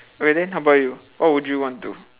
okay then how about you what would you want to